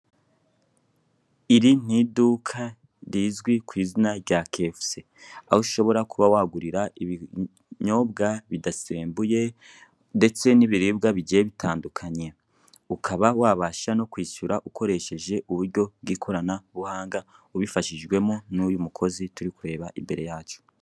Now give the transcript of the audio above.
Iri ni iduka rizwi ku izina rya Kefse, aho ushobora kuba wagurira ibyobwa bidasembuye ndetse n'ibiribwa bigiye bitandukanye, ukaba wabasha no kwishyura ukoresheje uburyo bw'ikoranabuhanga, ubifashijwemo n'uyu mukozi turi kureba imbere yacu.